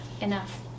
enough